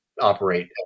operate